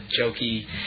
jokey